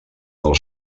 del